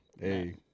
Hey